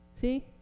See